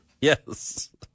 Yes